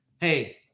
hey